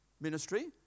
ministry